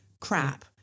crap